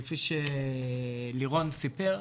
כפי שלירון סיפר,